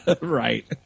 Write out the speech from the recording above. Right